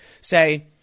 say